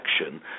action